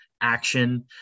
action